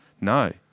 No